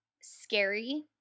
scary